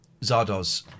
Zardoz